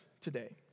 today